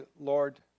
Lord